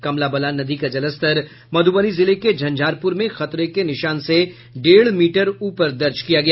कमला बलान नदी का जलस्तर मधुबनी जिले के झंझारपुर में खतरे के निशान से डेढ़ मीटर ऊपर दर्ज किया गया